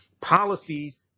Policies